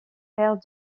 père